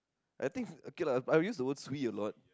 I think ok lah I will use the word cui a lot